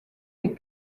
les